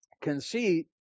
Conceit